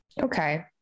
okay